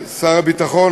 שר הביטחון,